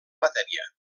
matèria